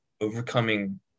overcoming